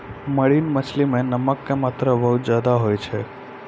marine मछली मॅ नमक के मात्रा बहुत ज्यादे होय छै